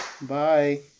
Bye